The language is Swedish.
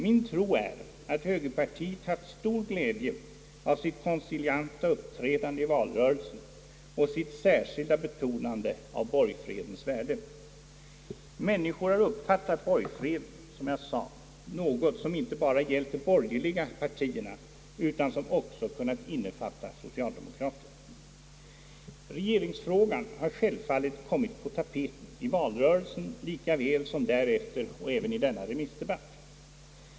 Min mening är att högerpartiet haft stor glädje av sitt koncilianta uppträdande i valrörelsen och sitt särskilda betonande av borgfredens värde, Människor har uppfattat borgfreden, som jag sade, som något som inte bara gällt de borgerliga partierna utan som också kunnat innefatta socialdemokraterna. Regeringsfrågan har självfallet kommit på tapeten i valrörelsen lika väl som därefter och i denna remissdebatt.